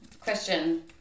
question